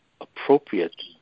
appropriate